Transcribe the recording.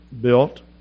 built